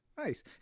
Nice